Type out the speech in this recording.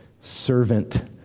servant